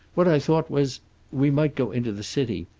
what i thought was we might go into the city.